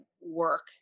work